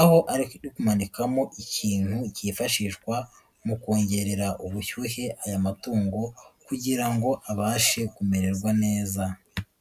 aho ari kumanikamo ikintu cyifashishwa mu kongerera ubushyuhe aya matungo kugira ngo abashe kumererwa neza.